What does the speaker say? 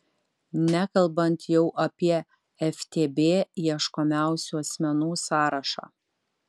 nekalbant jau apie ftb ieškomiausių asmenų sąrašą